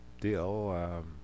deal